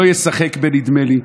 לא ישחק בנדמה לי,